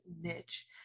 niche